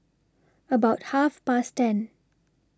about Half Past ten